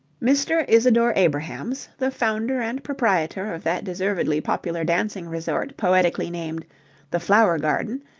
mr. isadore abrahams, the founder and proprietor of that deservedly popular dancing resort poetically named the flower garden,